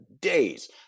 days